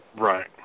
Right